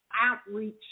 outreach